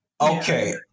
Okay